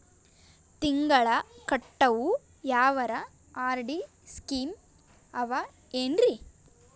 ತಿಂಗಳ ಕಟ್ಟವು ಯಾವರ ಆರ್.ಡಿ ಸ್ಕೀಮ ಆವ ಏನ್ರಿ?